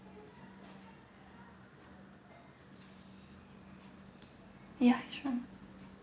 ya sure